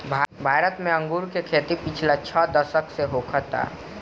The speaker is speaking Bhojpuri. भारत में अंगूर के खेती पिछला छह दशक होखता